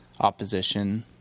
opposition